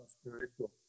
spiritual